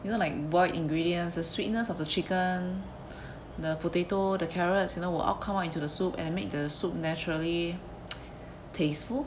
you know like boiled ingredients the sweetness of the chicken the potato the carrots you know will all come out into the soup and make the soup naturally tasteful